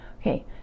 Okay